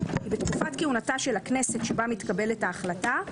כי בתקופת כהונתה של הכנסת שבה מתקבלת ההחלטה,